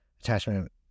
attachment